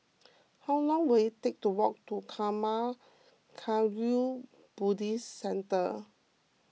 how long will it take to walk to Karma Kagyud Buddhist Centre